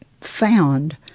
found